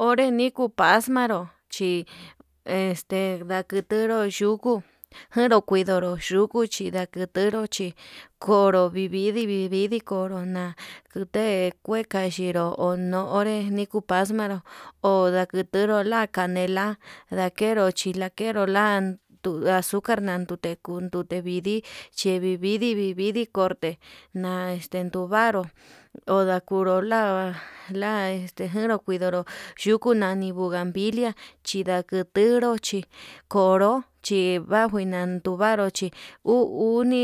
Ore nikuu paxmaru chí este daketenro yukuu, njero kuindaro yukuu chí ndaketero chi kodo ndivirí konro na kute, kue kaxhinró ono onre niko paxmaru ho naketero la canela ndakero chi lakero la nduu azucar nadute kundute vidii chí vividi vividi kuu korte nan este nduvaru, ondakuru la la este njero kuidaro yukuu nani buganvilia chidakero chí konro chi nan kuina kuivaru chí uu uni